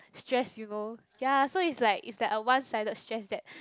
stress you know ya so is like is like a one sided that